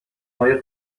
های